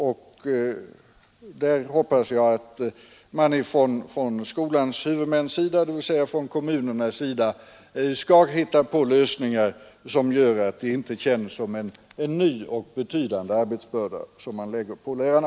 Jag hoppas att skolans huvudmän, dvs. kommunerna, skall hitta på lösningar som gör att det inte läggs en ny och betydande arbetsbörda på lärarna.